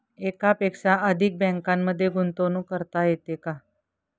एकापेक्षा अधिक बँकांमध्ये गुंतवणूक करता येते का?